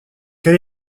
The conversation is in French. quel